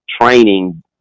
training